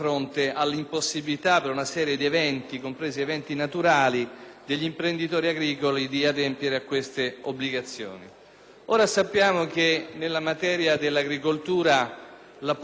degli imprenditori agricoli di adempiere a queste obbligazioni. Ora, sappiamo che nella materia dell'agricoltura la potestà legislativa dello Stato e delle Regioni è limitata,